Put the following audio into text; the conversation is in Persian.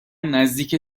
نزدیک